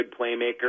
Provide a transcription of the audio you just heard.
playmaker